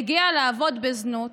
הגיע לעבוד בזנות